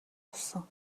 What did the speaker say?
болсон